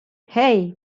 hey